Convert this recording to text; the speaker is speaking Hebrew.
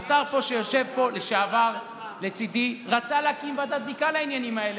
השר לשעבר שיושב פה לצידי רצה להקים ועדת בדיקה לעניינים האלה,